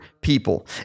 people